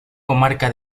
comarca